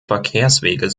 verkehrswege